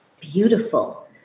beautiful